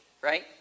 right